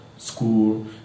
school